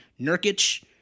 Nurkic